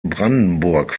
brandenburg